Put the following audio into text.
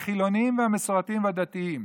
החילוניים והמסורתיים והדתיים,